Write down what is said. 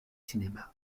cinéma